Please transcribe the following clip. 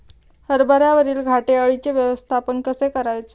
हरभऱ्यावरील घाटे अळीचे व्यवस्थापन कसे करायचे?